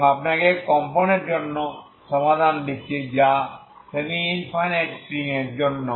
এবং আপনাকে কম্পনের জন্য সমাধান দিচ্ছি সেমি ইনফাইনাইট স্ট্রিং জন্য